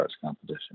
competition